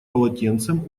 полотенцем